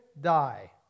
die